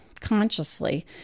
consciously